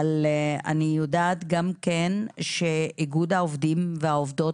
אני יודעת גם שלאיגוד העובדים והעובדות